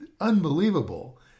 Unbelievable